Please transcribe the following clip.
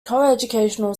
coeducational